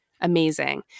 amazing